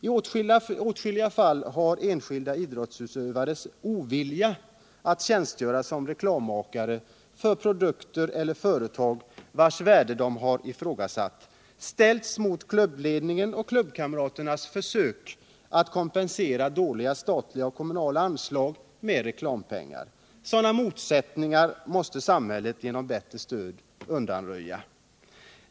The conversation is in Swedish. I åtskilliga fall har enskilda idrottsutövares ovilja att tjänstgöra som reklammakare för produkter eller företag, vilkas värde de ifrågasatt, gjort att de ställts mot klubbledningen och klubbkamraterna i deras försök att med reklampengar kompensera dåliga statliga och kommunala anslag. Sådana motsättningar måste samhället undanröja genom bättre stöd.